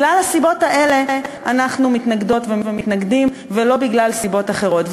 בגלל הסיבות האלה אנחנו מתנגדות ומתנגדים ולא בגלל סיבות אחרות.